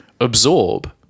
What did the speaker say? absorb